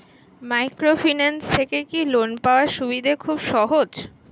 Microfinance থেকে কি loan পাওয়ার সুবিধা খুব সহজ?